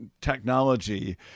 technology